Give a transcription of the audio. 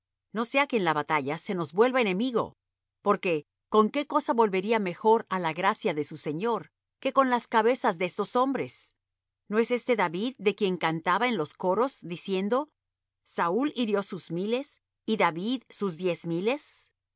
no sea que en la batalla se nos vuelva enemigo porque con qué cosa volvería mejor á la gracia de su señor que con las cabezas de estos hombres no es este david de quien cantaba en los corros diciendo saúl hirió sus miles y david sus diez miles